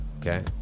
okay